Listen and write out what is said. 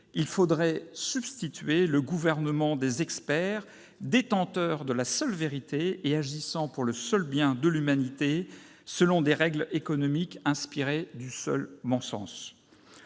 il faudrait substituer le gouvernement des experts, détenteurs de la seule vérité et agissant pour le seul bien de l'humanité selon des règles économiques inspirées du seul bon sens.